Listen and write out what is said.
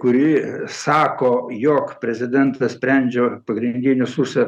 kuri sako jog prezidentas sprendžia pagrindinius užsienio